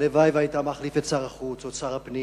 והלוואי שהיית מחליף את שר החוץ או את שר הפנים.